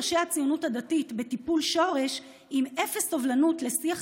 ראשי הציונות הדתית בטיפול שורש עם אפס סובלנות בשיח